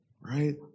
right